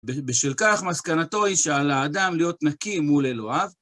בשל כך, מסקנתו היא שעל האדם להיות נקי מול אלוהיו.